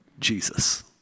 Jesus